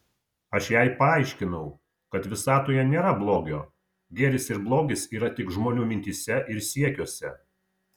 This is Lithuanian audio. aš jai paaiškinau kad visatoje nėra blogio gėris ir blogis yra tik žmonių mintyse ir siekiuose